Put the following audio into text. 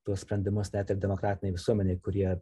tuos sprendimus net ir demokratinei visuomenei kurie